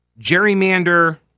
gerrymander